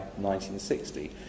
1960